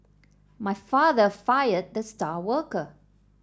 my father fired the star worker